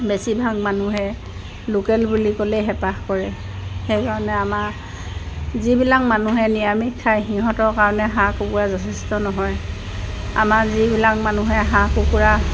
বেছিভাগ মানুহে লোকেল বুলি ক'লেই হেঁপাহ কৰে সেইকাৰণে আমাৰ যিবিলাক মানুহে নিৰামিষ খাই সিহঁতৰ কাৰণে হাঁহ কুকুৰা যথেষ্ট নহয় আমাৰ যিবিলাক মানুহে হাঁহ কুকুৰা